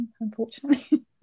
unfortunately